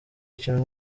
ikintu